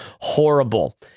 horrible